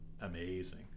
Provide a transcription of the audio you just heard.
amazing